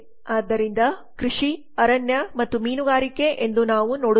ಆದ್ದರಿಂದ ಕೃಷಿ ಅರಣ್ಯ ಮತ್ತು ಮೀನುಗಾರಿಕೆ ಎಂದು ನಾವು ನೋಡುತ್ತೇವೆ